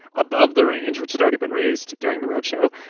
above the range which has already been raised during the roadshow.